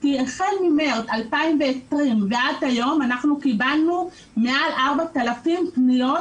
כי החל ממרץ 2020 ועד היום אנחנו קיבלנו מעל 4,000 פניות